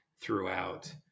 throughout